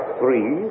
three